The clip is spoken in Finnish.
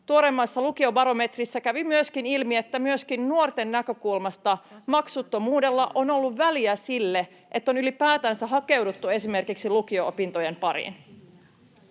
Tuoreimmassa lukiobarometrissä kävi ilmi, että myöskin nuorten näkökulmasta maksuttomuudella on ollut väliä siinä, että on ylipäätänsä hakeuduttu esimerkiksi lukio-opintojen pariin.